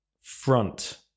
front